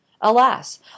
alas